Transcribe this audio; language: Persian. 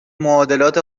معادلات